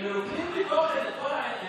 הם מרוקנים מתוכן את כל העניין.